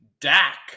Dak